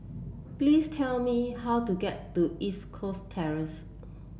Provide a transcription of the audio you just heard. please tell me how to get to East Coast Terrace